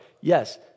Yes